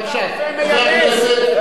חבר הכנסת עזרא,